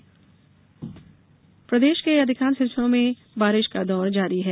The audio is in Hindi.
मौसम मानसून प्रदेश के अधिकांश हिस्सों में बारिश का दौर जारी है